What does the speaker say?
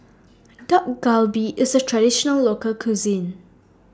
Dak Galbi IS A Traditional Local Cuisine